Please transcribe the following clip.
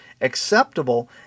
acceptable